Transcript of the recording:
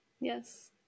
Yes